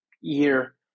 year